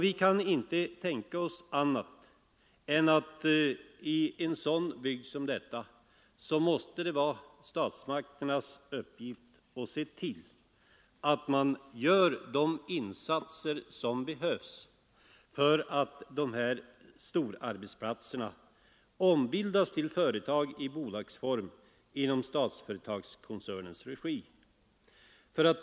Vi kan inte tänka oss annat än att statsmakterna måste se till att göra de insatser som behövs för att ombilda storarbetsplatserna till företag i bolagsform inom AB Statsföretags regi.